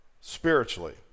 spiritually